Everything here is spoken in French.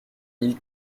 mille